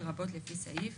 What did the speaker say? לרבות לפי סעיף